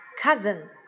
cousin